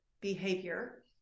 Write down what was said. behavior